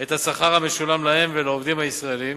את השכר המשולם להם ולעובדים הישראלים,